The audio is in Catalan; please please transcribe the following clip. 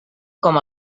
com